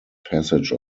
passage